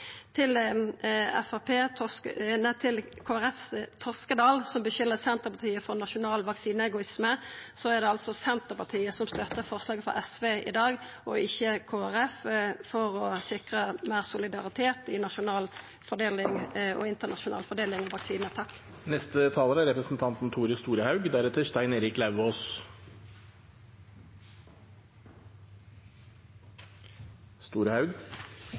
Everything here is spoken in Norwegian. Til Kristeleg Folkepartis Toskedal, som skuldar Senterpartiet for nasjonal vaksineegoisme: Det er Senterpartiet, og ikkje Kristeleg Folkeparti, som støttar forslaget frå SV i dag for å sikra meir solidaritet i nasjonal og internasjonal fordeling av vaksinar. Det er